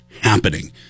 happening